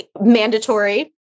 Mandatory